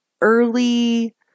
early